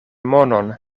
monon